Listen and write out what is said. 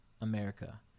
America